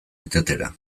irtetera